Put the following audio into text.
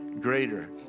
greater